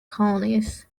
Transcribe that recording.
colonies